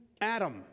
Adam